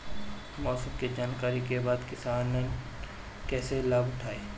मौसम के जानकरी के बाद किसान कैसे लाभ उठाएं?